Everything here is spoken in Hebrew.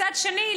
מצד שני,